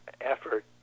effort